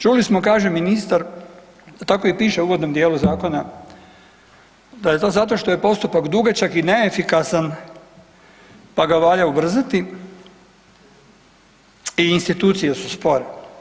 Čuli smo kaže ministar, a tako i piše u uvodnom dijelu zakona, da je to zato što je postupak dugačak i neefikasan pa ga valja ubrzati i institucije su spore.